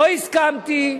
לא הסכמתי,